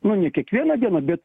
nu ne kiekvieną dieną bet